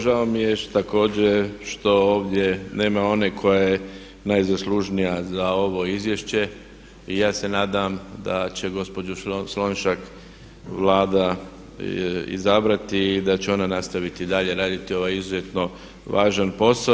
Žao mi je također što ovdje nema one koja je najzaslužnija za ovo izvješće i ja se nadam da će gospođu Slonjšak Vlada izabrati i da će ona nastaviti dalje raditi ovaj izuzetno važan posao.